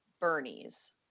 bernie's